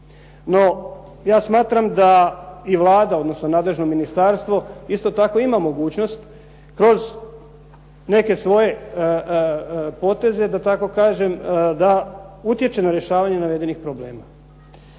No, ja smatram da i Vlada odnosno nadležno ministarstvo isto tako ima mogućnost kroz neke svoje poteze, da tako kažem, da utječe na rješavanje navedenih problema.